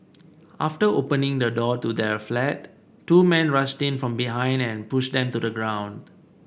after opening the door to their flat two men rushed in from behind and pushed them to the ground